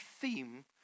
theme